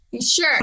Sure